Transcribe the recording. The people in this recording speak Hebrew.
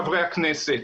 חברי הכנסת,